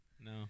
No